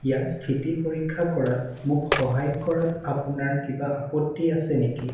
ইয়াৰ স্থিতি পৰীক্ষা কৰাত মোক সহায় কৰাত আপোনাৰ কিবা আপত্তি আছে নেকি